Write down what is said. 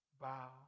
bow